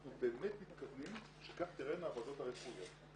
אנחנו באמת מתקדמים שכך תיראנה הוועדות הרפואיות.